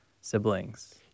siblings